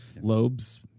lobes